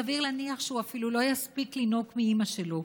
סביר להניח שהוא אפילו לא יספיק לינוק מאימא שלו,